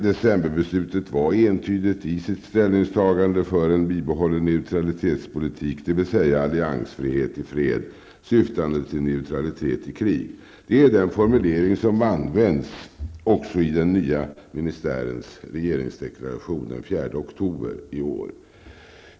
Decemberbeslutet var entydigt i sitt ställningstagande för en bibehållen neutralitetspolitik, dvs. alliansfrihet i fred syftande till neutralitet i krig. Det är den formulering som används också i den nya ministärens regeringsdeklaration den 4 oktober i år.